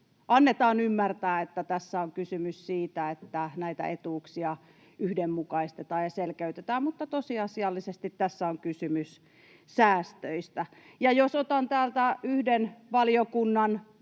annetaan ymmärtää, että tässä on kysymys siitä, että näitä etuuksia yhdenmukaistetaan ja selkeytetään, mutta tosiasiallisesti tässä on kysymys säästöistä. Jos otan täältä yhden valiokunnan